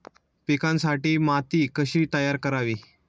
पिकांसाठी माती कशी तयार करावी?